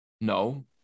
No